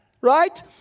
right